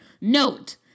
Note